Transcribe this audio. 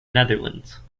netherlands